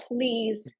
Please